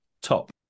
top